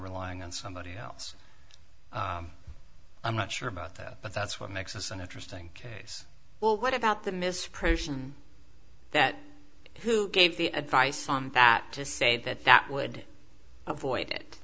relying on somebody else i'm not sure about that but that's what makes this an interesting case well what about the misprision that who gave the advice on that to say that that would avoid it